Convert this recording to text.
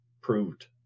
proved